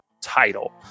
title